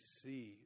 see